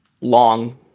long